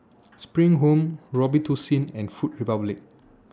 SPRING Home Robitussin and Food Republic